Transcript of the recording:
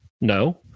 No